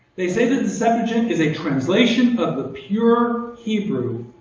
they say the septuagint is a translation of the pure hebrew,